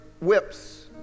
whips